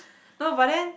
no but then